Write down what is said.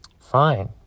Fine